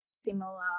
similar